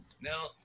Now